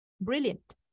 Brilliant